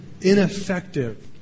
ineffective